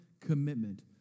commitment